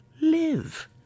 live